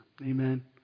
Amen